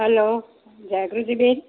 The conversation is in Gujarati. હલો જાગૃતિબેન